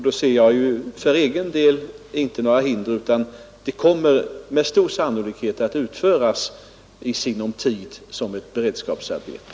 Då ser jag för egen del inte några hinder utan arbetet kommer med stor sannolikhet att utföras i sinom tid som beredskapsarbete.